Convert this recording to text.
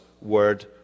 Word